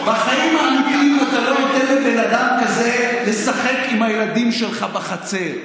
בחיים האמיתיים אתה לא נותן לבן אדם כזה לשחק עם הילדים שלך בחצר.